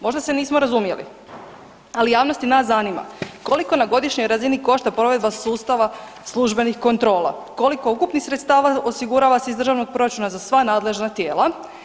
Možda se nismo razumjeli, ali javnost i nas zanima koliko na godišnjoj razini košta provedba sustava službenih kontrola, koliko ukupnih sredstava osigurava se iz državnog proračuna za sva nadležna tijela?